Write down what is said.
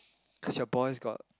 cause your boys got